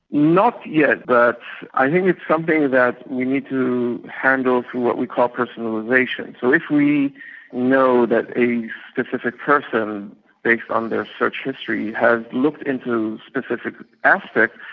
not yet, but i think it's something that we need to handle through what we call personalisation. so if we know that a specific person based on their search history has looked into a specific aspect,